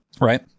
right